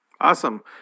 Awesome